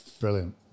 brilliant